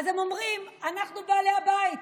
אז הם אומרים: אנחנו בעלי הבית.